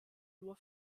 nur